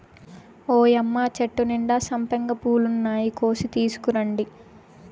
ఓయ్యమ్మ చెట్టు నిండా సంపెంగ పూలున్నాయి, కోసి తీసుకురండి